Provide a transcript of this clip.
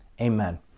amen